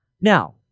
Now